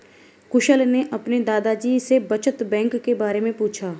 कुशल ने अपने दादा जी से बचत बैंक के बारे में पूछा